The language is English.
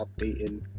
updating